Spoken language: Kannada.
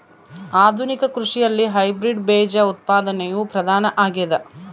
ಆಧುನಿಕ ಕೃಷಿಯಲ್ಲಿ ಹೈಬ್ರಿಡ್ ಬೇಜ ಉತ್ಪಾದನೆಯು ಪ್ರಧಾನ ಆಗ್ಯದ